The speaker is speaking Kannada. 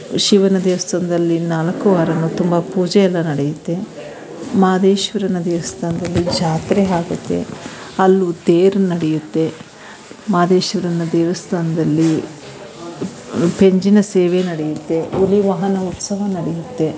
ಶಿವನ ದೇವಸ್ಥಾನ್ದಲ್ಲಿ ನಾಲ್ಕು ವಾರವೂ ತುಂಬ ಪೂಜೆಯೆಲ್ಲ ನಡೆಯುತ್ತೆ ಮಹದೇಶ್ವರನ ದೇವಸ್ಥಾನದಲ್ಲಿ ಜಾತ್ರೆ ಆಗುತ್ತೆ ಅಲ್ಲೂ ತೇರು ನಡೆಯುತ್ತೆ ಮಹದೇಶ್ವರನ ದೇವಸ್ಥಾನದಲ್ಲಿ ಪಂಜಿನ ಸೇವೆ ನಡೆಯುತ್ತೆ ಹುಲಿ ವಾಹನ ಉತ್ಸವ ನಡೆಯುತ್ತೆ